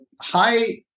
high